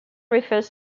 refers